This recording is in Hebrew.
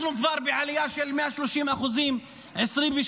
אנחנו כבר בעלייה של 130% ב-2023.